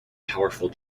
powerful